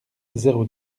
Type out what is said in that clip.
zéro